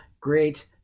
great